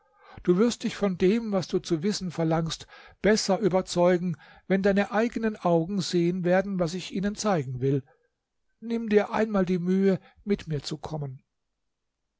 du wirst dich von dem was du zu wissen verlangst besser überzeugen wenn deine eigenen augen sehen werden was ich ihnen zeigen will nimm dir einmal die mühe mit mir zu kommen